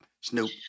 snoop